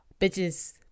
bitches